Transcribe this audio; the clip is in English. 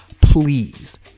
please